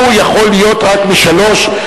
הוא יכול להיות רק מ-15:00.